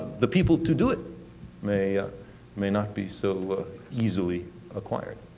the people to do it may ah may not be so easily acquired.